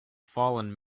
fallen